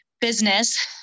business